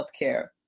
healthcare